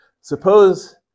suppose